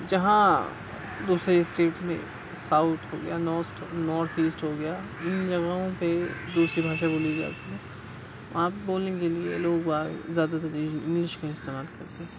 جہاں دوسرے اسٹیٹ میں ساؤتھ ہو گیا نارتھ ایسٹ ہو گیا ان جگہوں پہ دوسری بھاشا بولی جاتی ہے وہاں پہ بولنے کے لیے لوگ باگ زیادہ تر انگلش کا استعمال کرتے ہیں